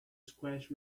squash